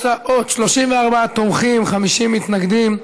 התוצאות: 34 תומכים, 50 מתנגדים.